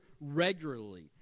regularly